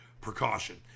precaution